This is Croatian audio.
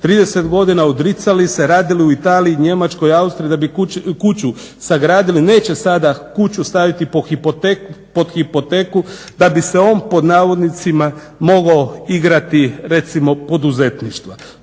30 godina odricali se, radili u Italiji, Njemačkoj, Austriji da bi kuću sagradili neće sada kuću staviti pod hipoteku da bi se on "mogao igrati poduzetništva".